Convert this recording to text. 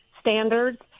standards